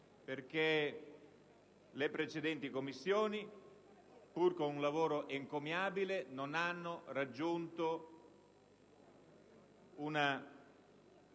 perché le precedenti Commissioni, pur con un lavoro encomiabile, non hanno raggiunto una